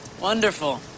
Wonderful